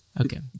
Okay